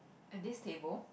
at this table